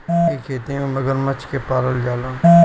इ खेती में मगरमच्छ के पालल जाला